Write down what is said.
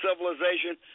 civilization